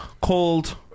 called